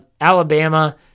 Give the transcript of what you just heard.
Alabama